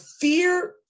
fear